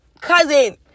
Cousin